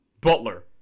butler